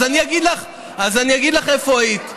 אז אני אגיד לך איפה היית.